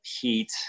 heat